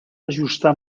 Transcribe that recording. ajustar